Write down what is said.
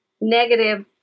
negative